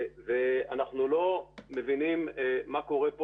אנחנו לא מבינים מה קורה כאן.